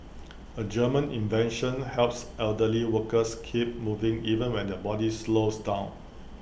A German invention helps elderly workers keep moving even when their body slows down